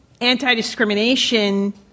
anti-discrimination